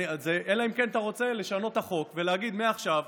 אלא אם כן אתה רוצה לשנות את החוק ולהגיד: מעכשיו,